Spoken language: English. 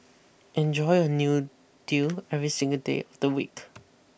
enjoy a new deal every single day of the week